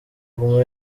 guma